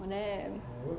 damn